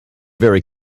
very